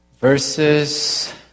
verses